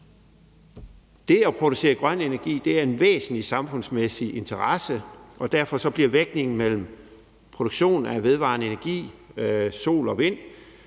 Det at producere grøn energi er en væsentlig samfundsmæssig interesse, og derfor vil der komme en anden vægtning mellem produktion af vedvarende energi, sol og vind,